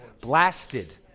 Blasted